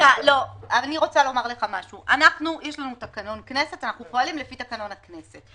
יש לנו תקנון כנסת ואנחנו פועלים לפי תקנון הכנסת.